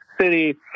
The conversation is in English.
City